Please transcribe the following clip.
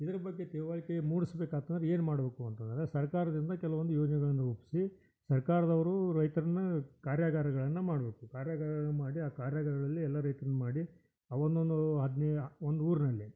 ಇದ್ರ ಬಗ್ಗೆ ತಿಳಿವಳ್ಕೆ ಮೂಡುಸ್ಬೇಕಾಗ್ತೆ ಅಂದ್ರೆ ಏನು ಮಾಡ್ಬೇಕು ಅಂತಂದರೆ ಸರ್ಕಾರದಿಂದ ಕೆಲವೊಂದು ಯೋಜನೆಗಳನ್ನು ರೂಪಿಸಿ ಸರ್ಕಾರದವ್ರು ರೈತ್ರನ್ನು ಕಾರ್ಯಾಗಾರಗಳನ್ನು ಮಾಡಬೇಕು ಕಾರ್ಯಾಗಾರಗಳ್ನ ಮಾಡಿ ಆ ಕಾರ್ಯಾಗಾರದಲ್ಲಿ ಎಲ್ಲ ರೈತ್ರನ್ನು ಮಾಡಿ ಅವನ್ನು ಒಂದು ಹದಿನೈದು ಒಂದು ಊರಿನಲ್ಲಿ